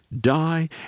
die